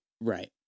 Right